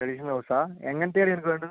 traditional ഹൗസോ എങ്ങനത്തെയാണ് എടീ നിനക്ക് വേണ്ടത്